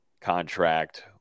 contract